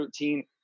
13